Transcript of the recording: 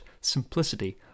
simplicity